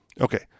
Okay